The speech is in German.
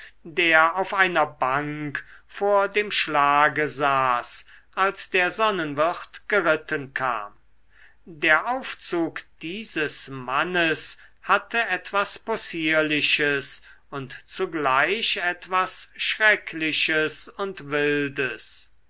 der auf einer bank vor dem schlage saß als der sonnenwirt geritten kam der aufzug dieses mannes hatte etwas possierliches und zugleich etwas schreckliches und wildes